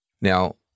Now